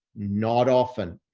not often.